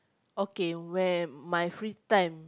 okay where my free time